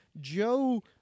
Joe